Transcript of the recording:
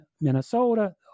Minnesota